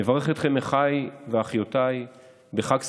אני מברך אתכם, אחיי ואחיותיי, בחג שמח,